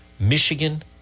Michigan